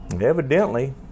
Evidently